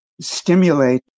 stimulate